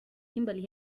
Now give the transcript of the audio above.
kimberly